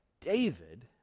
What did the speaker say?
David